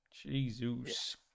Jesus